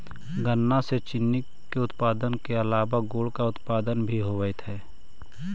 गन्ना से चीनी के उत्पादन के अलावा गुड़ का उत्पादन भी होवअ हई